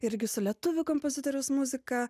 irgi su lietuvių kompozitoriaus muzika